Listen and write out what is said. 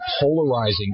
polarizing